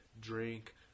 drink